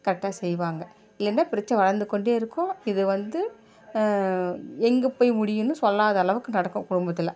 கரெக்ட்டாக செய்வாங்க இல்லைனா பிரச்சனை வளர்ந்து கொண்டே இருக்கும் இது வந்து எங்கே போய் முடியும்ன்னு சொல்லாத அளவுக்கு நடக்கும் குடும்பத்தில்